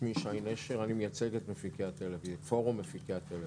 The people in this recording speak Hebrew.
שמי שי נשר ואני מייצג את פורום מפיקי הטלוויזיה.